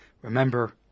remember